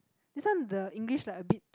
this one the English like a bit